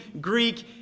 Greek